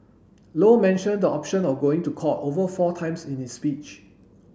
low mentioned the option of going to court over four times in his speech